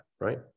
right